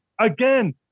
Again